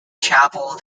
chapel